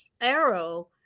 arrow